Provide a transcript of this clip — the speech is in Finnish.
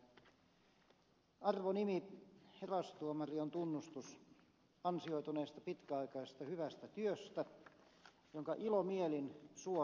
arvonimi herastuomari on ansioituneesta pitkäaikaisesta hyvästä työstä tunnustus jonka ilomielin suon asianomaisille